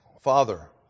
Father